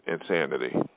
insanity